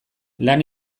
lan